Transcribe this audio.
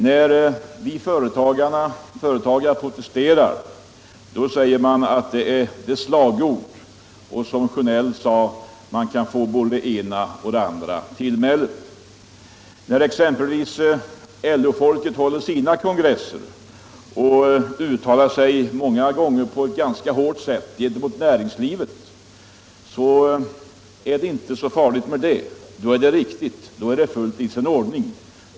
När vi företagare protesterar sägs det att det är slagord, och som herr Sjönell sade kan man få både det ena och det andra tillmälet. När exempelvis LO-folket håller sina kongresser och många gånger uttalar sig på ett ganska bestämt sätt gentemot näringslivet, då är det inte så farligt, då är det riktigt och fullt i sin ordning.